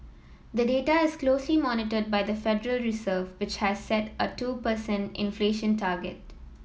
the data is closely monitored by the Federal Reserve which has set a two per cent inflation target